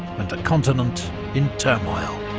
and a continent in turmoil.